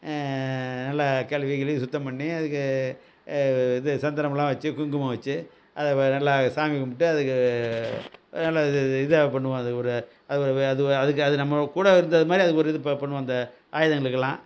நல்லா கழுவி கிழுவி சுத்தம் பண்ணி அதுக்கு இது சந்தனமெலாம் வச்சு குங்குமம் வச்சு அதை நல்லா சாமி கும்பிட்டு அதுக்கு நல்ல இதாக பண்ணுவோம் அது ஒரு அதுக்கு அது நம்ம கூட இருந்தது மாதிரி அதுக்கு ஒரு இது ப பண்ணுவோம் இந்த ஆயுதங்களுக்கெலாம்